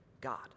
God